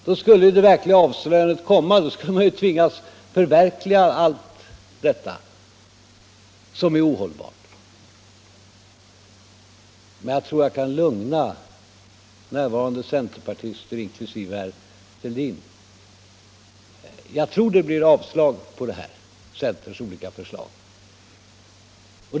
Då skulle det verkliga avslöjandet komma, man skulle tvingas förverkliga allt detta som är ohållbart. Men jag kan lugna närvarande centerpartister, inklusive herr Fälldin, med att jag tror att det blir avslag på centerns olika förslag.